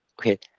okay